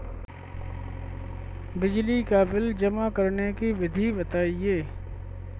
बिजली का बिल जमा करने की विधि बताइए?